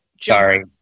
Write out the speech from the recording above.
Sorry